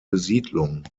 besiedlung